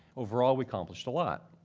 overall, we accomplished a lot,